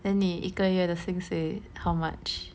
then 你一个月的薪水 how much